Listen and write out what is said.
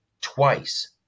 twice